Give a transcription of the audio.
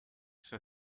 for